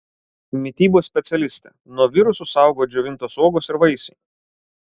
mitybos specialistė nuo virusų saugo džiovintos uogos ir vaisiai